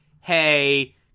hey